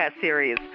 series